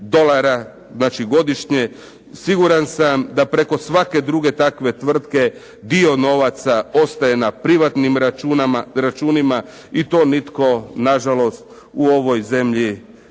dolara, znači godišnje. Siguran sam da preko svake druge takve tvrtke dio novaca ostaje na privatnim računima i to nitko na žalost u ovoj zemlji ne